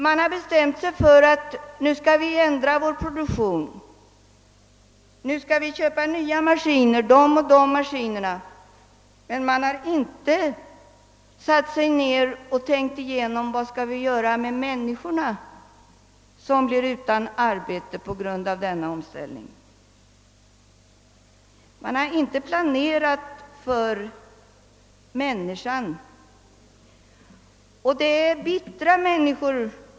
Man har bestämt sig för att produktionen skall ändras och vissa nya maskiner köpas, men man har inte satt sig ned och tänkt igenom vad som skall göras med dem som blir utan arbete på grund av denna omställning — det har inte planerats för människan.